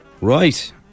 Right